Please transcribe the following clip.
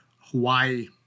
Hawaii